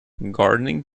gardening